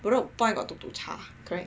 Bedok point got Tuk Tuk Cha correct